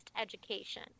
education